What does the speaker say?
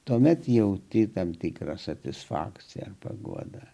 tuomet jauti tam tikrą satisfakciją paguodą